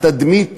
התדמית